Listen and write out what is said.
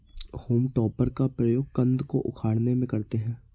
home टॉपर का प्रयोग कन्द को उखाड़ने में करते हैं